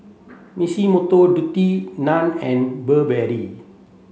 Massimo Dutti Nan and Burberry